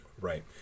Right